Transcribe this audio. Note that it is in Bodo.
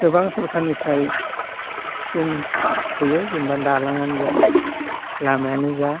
गोबां सरखारनिफ्राय स्किम फैयो जेनोबा दालाङानो जा लामायानो जा